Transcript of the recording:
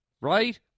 Right